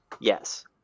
Yes